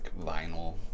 vinyl